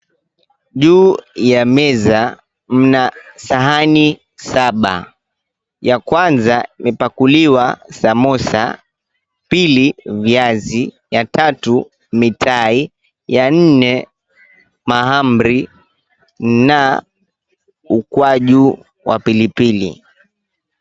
Juu ya meza mna sahani saba. Ya kwanza imepakuliwa samosa , pili viazi, ya tatu mitai, ya nne mahamri na, ukwaju wa pilipili.